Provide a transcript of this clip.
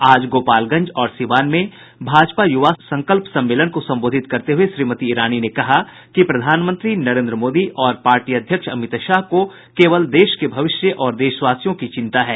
आज गोपालगंज और सीवान में भाजपा युवा संकल्प सम्मेलन को संबोधित करते हुए श्रीमती ईरानी ने कहा कि प्रधानमंत्री नरेन्द्र मोदी और पार्टी अध्यक्ष अमित शाह को केवल देश के भविष्य और देशवासियों की चिंता है